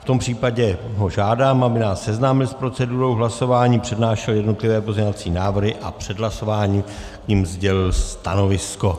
V tom případě ho žádám, aby nás seznámil s procedurou hlasování, přednášel jednotlivé pozměňovací návrhy a před hlasováním k nim sdělil stanovisko.